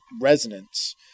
resonance